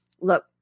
look